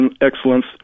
excellence